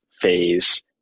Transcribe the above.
phase